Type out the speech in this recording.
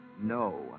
no